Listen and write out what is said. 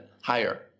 higher